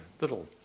little